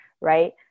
right